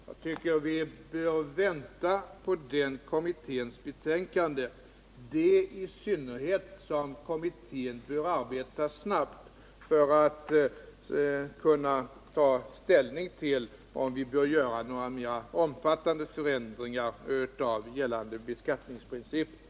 Jag tycker att vi bör vänta på den kommitténs betänkande, i synnerhet som kommittén bör arbeta snabbt för att kunna ta ställning till om vi bör göra några mer omfattande förändringar av gällande beskattningsprinciper.